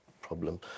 problem